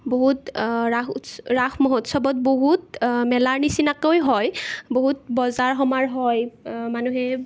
বহুত ৰাস উৎস ৰাস মহোৎসৱত বহুত মেলাৰ নিচিনাকৈ হয় বহুত বজাৰ সমাৰ হয় মানুহে